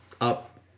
up